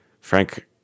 Frank